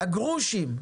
הגרושים.